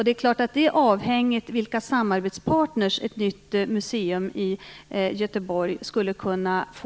Det är klart att det är avhängigt vilka samarbetspartners ett nytt museum i Göteborg skulle kunna få.